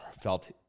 felt